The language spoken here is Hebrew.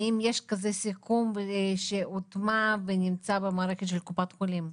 האם יש כזה סיכום שמוטמע ונמצא במערכת של קופת החולים?